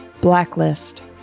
Blacklist